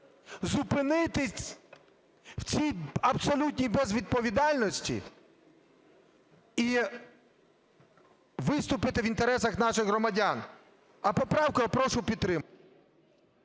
зупинитись у цій абсолютній безвідповідальності і виступити в інтересах наших громадян. А поправку я прошу підтримати.